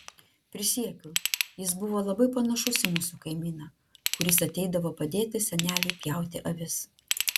prisiekiu jis buvo labai panašus į mūsų kaimyną kuris ateidavo padėti seneliui pjauti avis